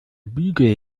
bügel